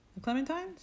Clementines